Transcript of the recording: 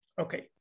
Okay